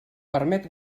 permet